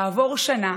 כעבור שנה,